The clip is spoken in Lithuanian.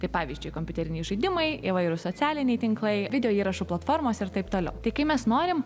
kaip pavyzdžiui kompiuteriniai žaidimai įvairūs socialiniai tinklai video įrašų platformos ir taip toliau tai kai mes norim